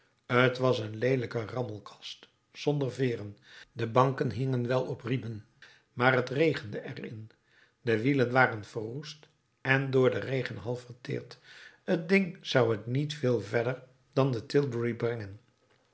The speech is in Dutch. t was een leelijke rammelkast zonder veeren de banken hingen wel op riemen maar het regende er in de wielen waren verroest en door den regen half verteerd t ding zou het niet veel verder dan de tilbury